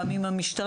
גם עם המשטרה,